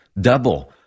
double